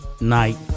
night